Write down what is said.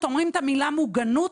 אומרים את המילה מוגנות,